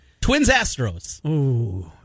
Twins-Astros